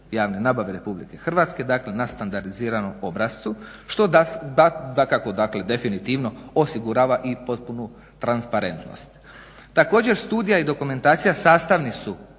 javne nabave RH. Dakle, na standardiziranom obrascu što dakako dakle definitivno osigurava i potpunu transparentnost. Također, studija i dokumentacija sastavni su